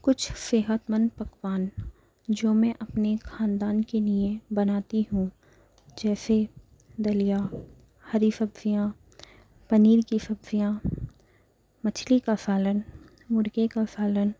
کچھ صحت مند پکوان جو میں اپنے خاندان کے لئے بناتی ہوں جیسے دلیا ہری سبزیاں پنیر کی سبزیاں مچھلی کا سالن مُرغے کا سالن